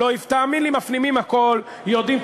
תאמין לי, מפנימים הכול, יודעים.